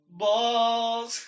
balls